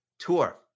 tour